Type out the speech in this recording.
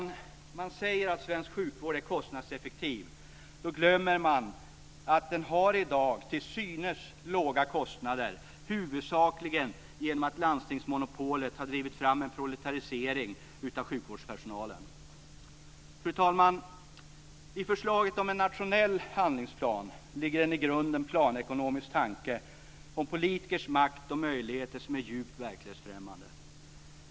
När man säger att svensk sjukvård är kostnadseffektiv glömmer man att den i dag har till synes låga kostnader, huvudsakligen genom att landstingsmonopolet har drivit fram en I förslaget om en nationell handlingsplan ligger en i grunden planekonomisk tanke om politikers makt och möjligheter som är djupt verklighetsfrämmande.